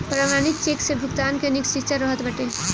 प्रमाणित चेक से भुगतान कअ निश्चितता रहत बाटे